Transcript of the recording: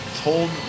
told